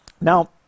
Now